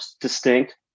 distinct